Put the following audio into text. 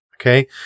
Okay